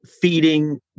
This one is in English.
feeding